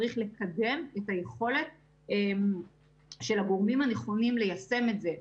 צריך לקדם את היכולת של הגורמים הנכונים ליישם את זה,